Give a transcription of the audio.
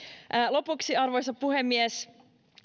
lopuksi arvoisa puhemies